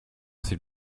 s’il